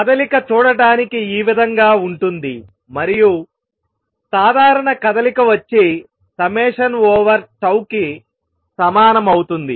కదలిక చూడడానికి ఈ విధంగా ఉంటుంది మరియు సాధారణ కదలిక వచ్చి సమ్మేషన్ ఓవర్ టౌ కి సమానం అవుతుంది